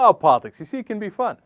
ah ah texas you can be fun